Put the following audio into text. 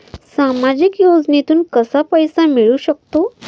सामाजिक योजनेतून कसा पैसा मिळू सकतो?